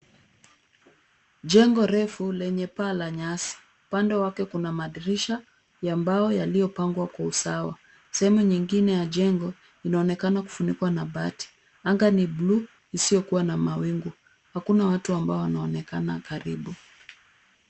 Jengo refu lenye paa la nyasi. Upande wake kuna madirisha ya mbao yaliyopangwa kwa usawa. Sehemu nyingine ya jengo inaonekana kufunikwa kwa bati. Anga ni bluu isiyokuwa na mawingu. Hakuna watu ambao wanaonekana karibu.